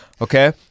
Okay